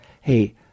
hey